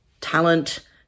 talent